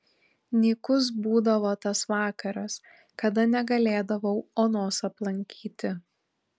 nykus būdavo tas vakaras kada negalėdavau onos aplankyti